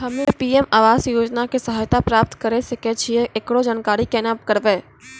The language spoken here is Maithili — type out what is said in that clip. हम्मे पी.एम आवास योजना के सहायता प्राप्त करें सकय छियै, एकरो जानकारी केना करबै?